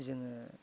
जोङो